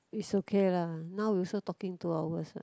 it's okay lah now we also talking two hours what